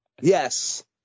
Yes